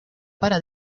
para